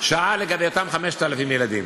שאל לגבי אותם 5,000 ילדים.